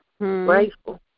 Grateful